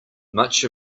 much